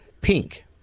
Pink